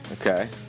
Okay